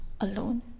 alone